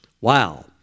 Wow